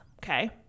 okay